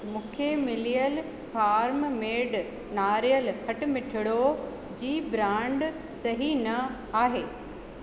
मूंखे मिलियल farm made नारेल खटिमिठड़ो जी ब्रांड सही न आहे